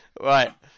Right